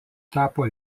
tapo